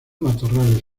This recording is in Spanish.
matorrales